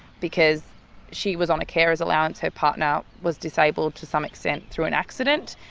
because she was on a carer's allowance, her partner was disabled to some extent through an accident,